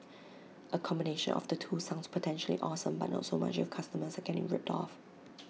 A combination of the two sounds potentially awesome but not so much if customers are getting ripped off